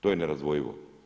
To je nerazdvojivo.